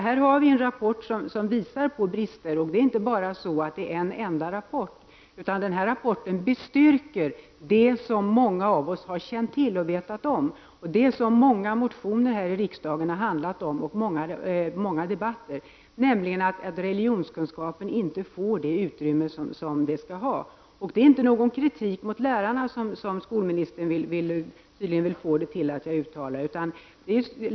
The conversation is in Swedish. Här har vi nu en rapport som visar på brister — och det är inte den enda rapporten. Den bestyrker det som många av oss har känt till och som många motioner och debatter här i riksdagen har handlat om, nämligen att religionskunskapen inte får det utrymme som den skall ha. Jag uttalar inte någon kritik mot lärarna, som skolministern tydligen vill få det till.